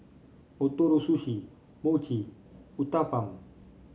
Ootoro Sushi Mochi Uthapam